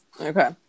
Okay